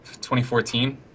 2014